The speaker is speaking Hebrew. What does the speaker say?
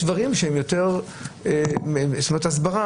לקבל רק הודעות שיש חובה למשרדים לשלוח.